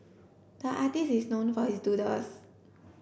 the artist is known for his doodles